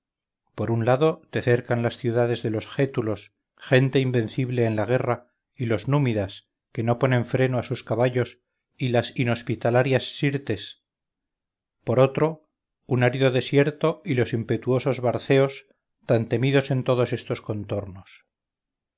por un lado te cercan las ciudades de los gétulos gente invencible en la guerra y los númidas que no ponen freno a sus caballos y las inhospitalarias sirtes por otro un árido desierto y los impetuosos barceos tan temidos en todos estos contornos